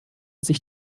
sich